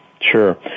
sure